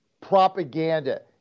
propaganda